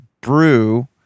brew